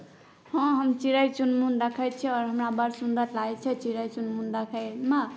हँ हम चिड़ै चुनमुन देखै छिए आओर हमरा बड़ सुन्दर लागै छै चिड़ै चुनमुन देखैमे